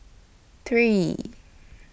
three